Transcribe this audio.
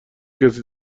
کسی